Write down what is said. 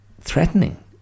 threatening